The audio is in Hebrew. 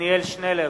עתניאל שנלר,